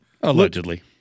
allegedly